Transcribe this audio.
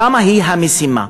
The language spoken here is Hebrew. שם המשימה.